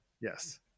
yes